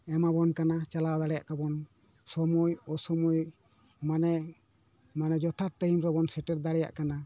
ᱮᱢᱟᱵᱚᱱ ᱠᱟᱱᱟ ᱪᱟᱞᱟᱣ ᱫᱟᱲᱮᱜ ᱟᱵᱚᱱ ᱥᱚᱢᱚᱭ ᱚᱥᱚᱢᱚᱭ ᱢᱟᱱᱮ ᱢᱟᱱᱮ ᱡᱚᱛᱷᱟᱛ ᱴᱟᱭᱤᱢ ᱨᱮᱵᱚᱱ ᱥᱮᱴᱮᱨ ᱫᱟᱲᱮᱭᱟᱜ ᱠᱟᱱᱟ